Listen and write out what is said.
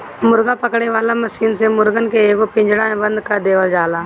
मुर्गा पकड़े वाला मशीन से मुर्गन के एगो पिंजड़ा में बंद कअ देवल जाला